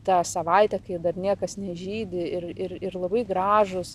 tą savaitę kai dar niekas nežydi ir ir ir labai gražūs